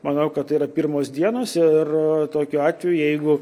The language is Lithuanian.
manau kad tai yra pirmos dienos ir tokiu atveju jeigu